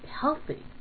healthy